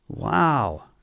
Wow